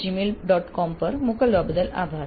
com પર મોકલવા બદલ આભાર